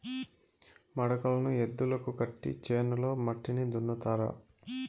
మడకలను ఎద్దులకు కట్టి చేనులో మట్టిని దున్నుతారు